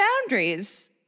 Boundaries